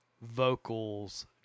vocals